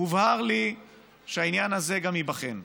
הובהר לי שגם העניין הזה ייבחן,